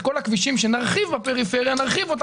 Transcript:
קראתי את הפרוטוקולים,